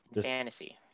Fantasy